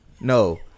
No